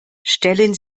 stellen